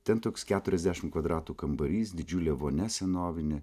ten toks keturiasdešimt kvadratų kambarys didžiulė vonia senovinė